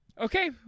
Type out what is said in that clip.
Okay